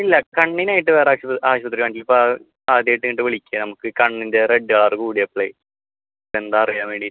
ഇല്ല കണ്ണിനായിട്ട് വേറെ ആശു ആശുപത്രിയിൽ ആശുപത്രി കാണിച്ചിട്ടില്ല ഇപ്പോൾ അത് ആദ്യമായിട്ട് തന്നെ വിളിക്കുവാണ് നമുക്ക് കണ്ണിൻ്റെ റെഡ് കളർ കൂടിയപ്പോളേ എന്താണ് അറിയാൻ വേണ്ടി